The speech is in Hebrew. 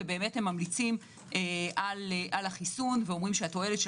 והם ממליצים על החיסון ואומרים שהתועלת של